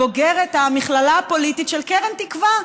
בוגרת המכללה הפוליטית של קרן תקווה.